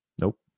Nope